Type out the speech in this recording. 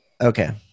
Okay